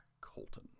Colton